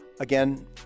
Again